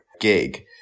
gig